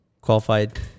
Qualified